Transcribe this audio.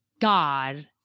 God